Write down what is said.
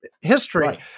history